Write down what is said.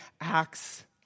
acts